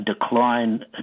decline